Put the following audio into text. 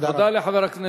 תודה רבה.